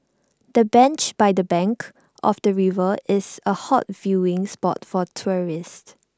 the bench by the bank of the river is A hot viewing spot for tourists